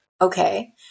Okay